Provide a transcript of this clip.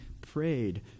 prayed